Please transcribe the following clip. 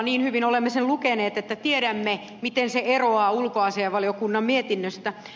niin hyvin olemme sen lukeneet että tiedämme miten se eroaa ulkoasiainvaliokunnan mietinnöstä